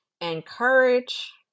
Encourage